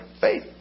faith